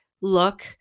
look